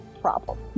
problem